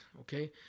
Okay